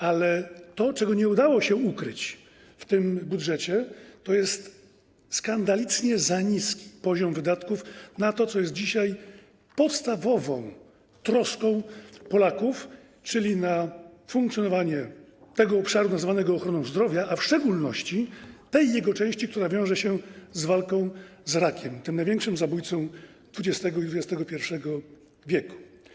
Ale to, czego nie udało się ukryć w tym budżecie, to skandalicznie niski poziom wydatków na to, co jest dzisiaj podstawową troską Polaków, czyli na funkcjonowanie obszaru nazywanego ochroną zdrowia, a w szczególności tej jego części, która wiąże się z walką z rakiem, największym zabójcą XX i XXI w.